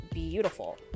Beautiful